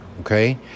Okay